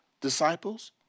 disciples